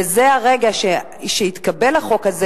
ברגע שיתקבל החוק הזה,